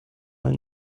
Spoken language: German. mal